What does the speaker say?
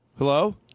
Hello